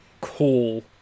cool